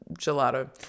gelato